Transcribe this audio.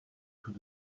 tout